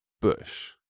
Bush